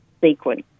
sequence